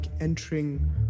entering